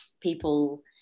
people